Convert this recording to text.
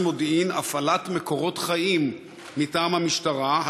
מודיעין/הפעלת מקורות חיים מטעם המשטרה,